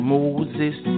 Moses